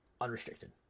Unrestricted